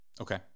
Okay